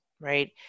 right